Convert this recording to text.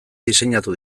diseinatu